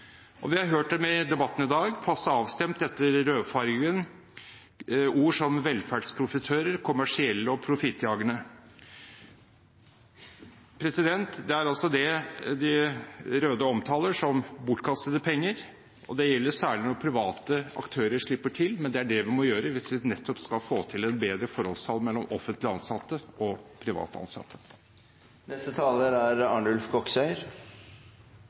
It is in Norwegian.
sektor. Vi har hørt i debatten i dag, passe avstemt etter rødfargen, ord som «velferdsprofitører», «kommersielle» og «profittjagende». Det er altså det de rød-grønne omtaler som bortkastede penger. Det gjelder særlig når private aktører slipper til, men det er det vi må gjøre hvis vi nettopp skal få til et bedre forholdstall mellom offentlig ansatte og privat ansatte.